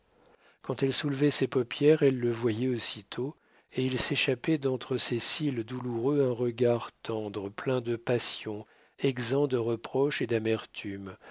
quand elle soulevait ses paupières elle le voyait aussitôt et il s'échappait d'entre ses cils douloureux un regard tendre plein de passion exempt de reproche et d'amertume